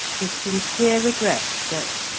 his sincere regret that,